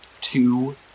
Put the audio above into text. two